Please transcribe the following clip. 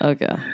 Okay